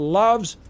loves